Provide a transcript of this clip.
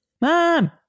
mom